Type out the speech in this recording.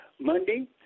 Monday